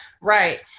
Right